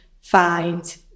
find